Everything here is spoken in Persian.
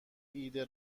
ایده